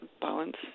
balance